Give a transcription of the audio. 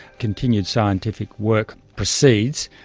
continued scientific work proceeds.